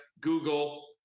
Google